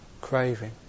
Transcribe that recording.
craving